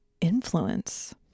influence